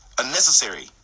unnecessary